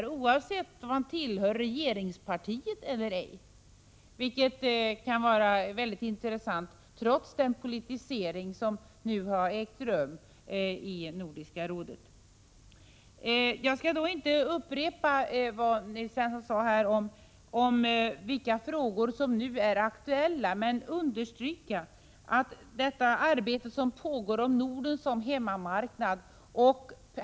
Det gäller alltså oavsett om man tillhör regeringspartiet eller ej — det kan vara intressant att notera — trots den 67 politisering som nu har ägt rum i Nordiska rådet. Jag skall inte upprepa Nils Svenssons uppräkning av de frågor som nu är aktuella. Men jag vill särskilt framhålla det arbete som pågår om Norden som hemmamarknad.